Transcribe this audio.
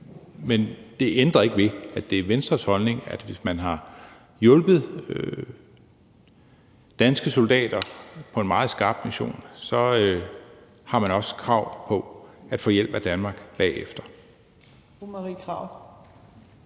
Men det ændrer ikke ved, at det er Venstres holdning, at hvis man har hjulpet danske soldater på en meget skarp mission, har man også krav på at få hjælp af Danmark bagefter.